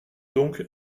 donc